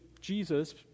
Jesus